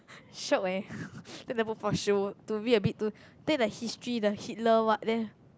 shiok eh take the book for show to read a bit to take the history the Hitler then